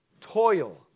toil